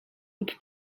lub